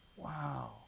Wow